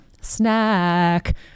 Snack